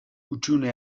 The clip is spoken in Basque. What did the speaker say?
hutsune